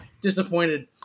disappointed